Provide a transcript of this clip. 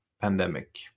pandemic